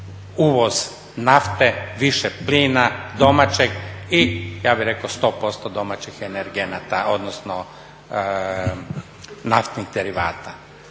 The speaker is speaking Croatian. uvoz nafte, više plina domaćeg i ja bih rekao 100% domaćih energenata odnosno naftnih derivata.